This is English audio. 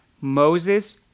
Moses